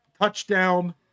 touchdown